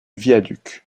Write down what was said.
viaduc